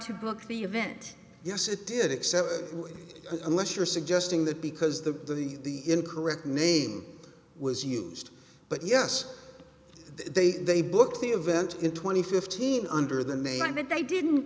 to book the event yes it did except unless you're suggesting that because the the the incorrect name was used but yes they they booked the event in twenty fifteen under the name but they didn't